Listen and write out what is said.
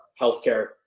healthcare